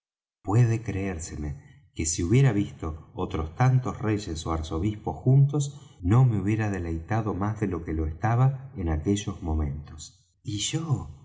puede creérseme que si hubiera visto otros tantos reyes ó arzobispos juntos no me hubiera deleitado más de lo que lo estaba en aquellos momentos y yo